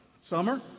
Summer